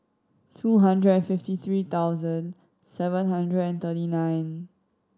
two hundred and fifty three thousand seven hundred and thirty nine